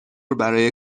برای